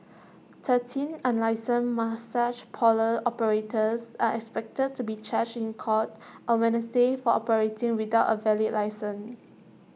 thirteen unlicensed massage parlour operators are expected to be charged in court on Wednesday for operating without A valid licence